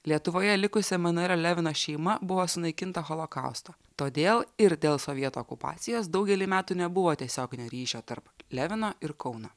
lietuvoje likusi emanuelio levino šeima buvo sunaikinta holokausto todėl ir dėl sovietų okupacijos daugelį metų nebuvo tiesioginio ryšio tarp levino ir kauno